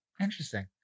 interesting